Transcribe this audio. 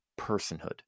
personhood